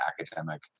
academic